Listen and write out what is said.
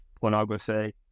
pornography